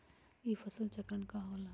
ई फसल चक्रण का होला?